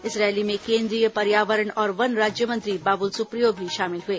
इस रैली में केन्द्रीय पर्यावरण और वन राज्यमंत्री बाबुल सुप्रियो भी शामिल हुए